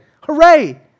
Hooray